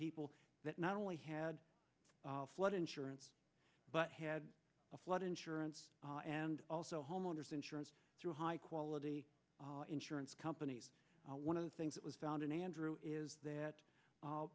people that not only had flood insurance but had a flood insurance and also homeowners insurance through high quality insurance companies one of the things that was found in andrew is that